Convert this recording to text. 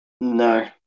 No